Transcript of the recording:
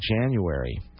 January